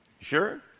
sure